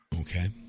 Okay